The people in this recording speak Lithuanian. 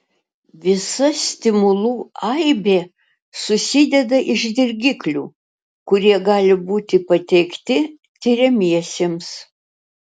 visa stimulų aibė susideda iš dirgiklių kurie gali būti pateikti tiriamiesiems